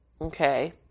Okay